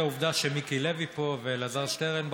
העובדה שמיקי לוי פה ואלעזר שטרן בחוץ,